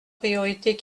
priorités